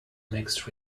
mixed